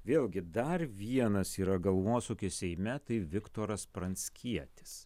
vėlgi dar vienas yra galvosūkis seime tai viktoras pranckietis